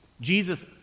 Jesus